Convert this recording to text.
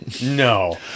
no